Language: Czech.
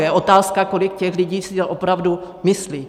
Je otázka, kolik těch lidí si to opravdu myslí.